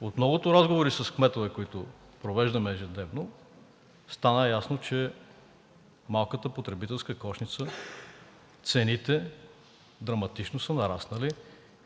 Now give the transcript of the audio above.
От многото разговори с кметове, които провеждаме ежедневно, стана ясно, че в малката потребителска кошница цените драматично са нараснали